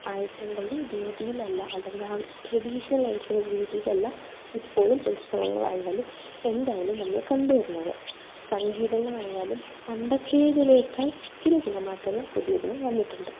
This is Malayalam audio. ആയിട്ടുള്ളൊരു രീതിയിലല്ല അല്ലെങ്കിൽ ആ ഒരു ട്രഡീഷണൽ ആയിട്ടുള്ളൊരു രീതിയിലല്ല ഇപ്പോഴും ഉത്സവങ്ങളായാലും എന്തായാലും നമ്മൾ കണ്ടുവരുന്നത് സംഗീതങ്ങളായാലും പണ്ടത്തേതിനേക്കാൾ ചില ചില മാറ്റങ്ങൾ പുതിയതിന് വന്നിട്ടുണ്ട്